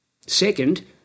Second